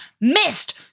missed